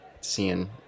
seeing